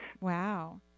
wow